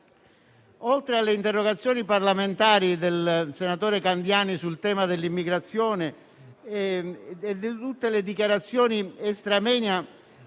oltre alle interrogazioni parlamentari del senatore Candiani sul tema dell'immigrazione, e di tutte le dichiarazioni *extra moenia*